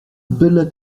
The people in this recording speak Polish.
byle